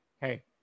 hey